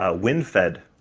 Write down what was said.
ah wind fed,